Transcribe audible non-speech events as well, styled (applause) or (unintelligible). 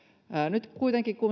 nyt kuitenkin kun (unintelligible)